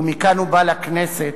ומכאן הוא בא לכנסת,